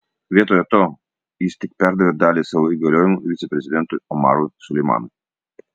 vietoje to jis tik perdavė dalį savo įgaliojimų viceprezidentui omarui suleimanui